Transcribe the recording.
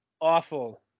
awful